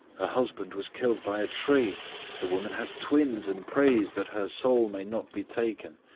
her husband was killed by a tree the woman has twins, and prays that her soul may not be taken.